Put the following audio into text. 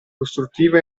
costruttivo